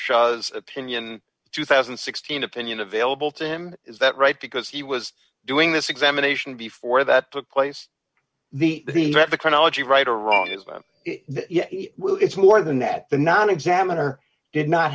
shah opinion two thousand and sixteen opinion available to him is that right because he was doing this examination before that took place that the chronology right or wrong is well it's more than at the non examiner did not